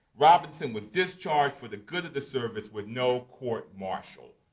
robinson was discharged for the good of the service with no court-martial.